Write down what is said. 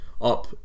up